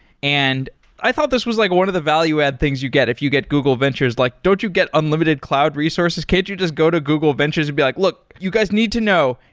and i thought this was like one of the value add things you get if you get google ventures, like don't you get unlimited cloud resources? can't you just go to google ventures and be like, look, you guys need to know,